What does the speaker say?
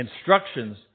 instructions